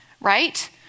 right